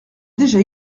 déjà